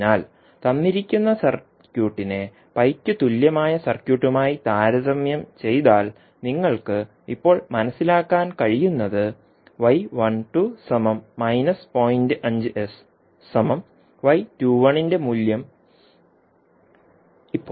അതിനാൽ തന്നിരിക്കുന്ന സർക്യൂട്ടിനെ പൈക്ക് തുല്യമായ സർക്യൂട്ടുമായി താരതമ്യം ചെയ്താൽ നിങ്ങൾക്ക് ഇപ്പോൾ മനസിലാക്കാൻ കഴിയുന്നത് ന്റെ മൂല്യം